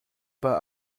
pas